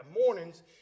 mornings